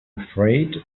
afraid